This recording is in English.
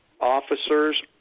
officers